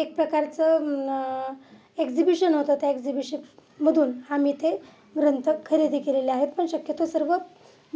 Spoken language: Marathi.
एक प्रकारचं एक्झिबिशन होतं त्या एक्झिबिशमधून आम्ही ते ग्रंथ खरेदी केलेले आहेत पण शक्यतो सर्व